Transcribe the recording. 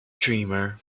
dreamer